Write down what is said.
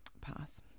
Pass